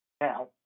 Now